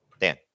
Dan